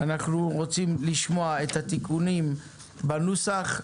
אנחנו רוצים לשמוע את התיקונים בנוסח,